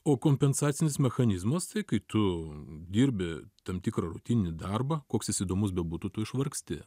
o kompensacinis mechanizmas tai kai tu dirbi tam tikrą rutininį darbą koks įdomus bebūtų tu išvargsti